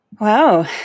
Wow